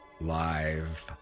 live